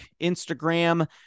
Instagram